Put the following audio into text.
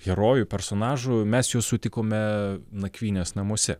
herojų personažų mes juos sutikome nakvynės namuose